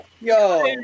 Yo